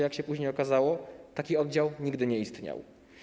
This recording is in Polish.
Jak się później okazało, taki oddział nigdy nie istniał.